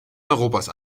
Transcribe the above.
europas